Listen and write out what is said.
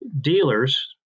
dealers